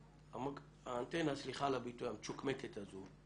האנטנה, סליחה על הביטוי, המצ'וקמקת הזו,